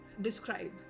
describe